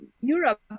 Europe